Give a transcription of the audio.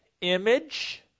image